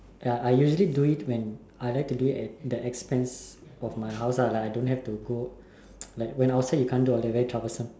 ya I usually do it when I like to do it at the expense of my house ah like I don't have to go like when outside you can't do all that very troublesome